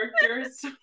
characters